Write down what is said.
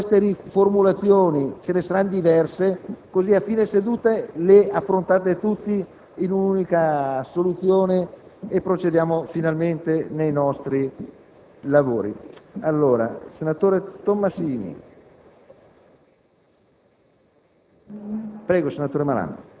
tenuto conto della complessità dei pareri di cui ho dovuto dare lettura e della difficoltà che, credo, abbia trovato sul suo percorso la Commissione, temo di non poter accedere alla sua richiesta. Mi segnalerete, nel corso dell'esame, gli emendamenti